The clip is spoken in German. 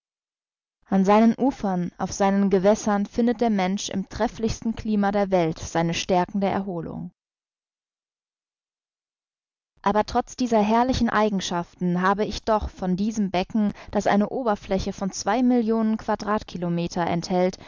an seinen ufern auf seinen gewässern findet der mensch im trefflichsten klima der welt seine stärkende erholung aber trotz dieser herrlichen eigenschaften habe ich doch von diesem becken das eine oberfläche von zwei millionen quadratkilometer enthält